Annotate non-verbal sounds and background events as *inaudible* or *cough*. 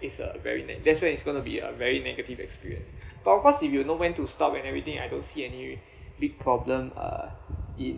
it's a very dan~ that's when it's going to be a very negative experience *breath* but of course if you know when to stop and everything I don't see any *breath* big problem uh it